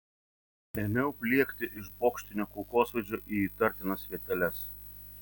ėmiau pliekti iš bokštinio kulkosvaidžio į įtartinas vieteles